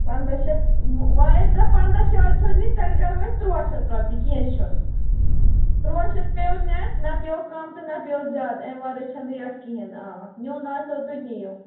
پَنٛداہ شیٚتھ وۅنۍ ییٚلہِ تۄہہِ پَنٛداہ شٲرٹہٕ چھَو نِنۍ تیٚلہِ کَرو أسۍ ترٛواہ شیٚتھ رۄپیہِ کیٚنٛہہ چھُنہٕ تُرٛواہ شیٚتھ پٮ۪وٕ نٮ۪ٹ نہَ پٮ۪وٕ کَم تہٕ نہَ پٮ۪وٕ زیادٕ اَمہِ وَرٲے چھَنہٕ ریٹ کِہیٖنۍ آ نیُن آسٮ۪و تہٕ نِیِو